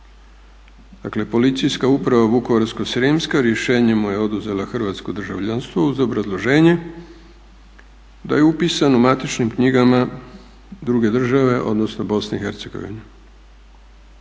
Dakle Policijska uprava Vukovarsko-srijemska rješenjem mu je oduzela hrvatsko državljanstvo uz obrazloženje da je upisan u matičnim knjigama druge države, odnosno BiH te da